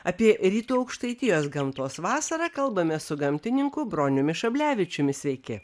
apie rytų aukštaitijos gamtos vasarą kalbame su gamtininku broniumi šablevičiumi sveiki